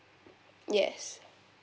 yes